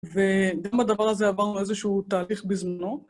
וגם בדבר הזה עברנו איזשהו תהליך בזמנו.